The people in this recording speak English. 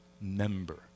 member